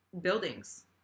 buildings